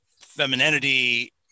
femininity